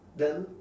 then